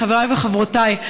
חבריי וחברותיי,